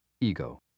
ego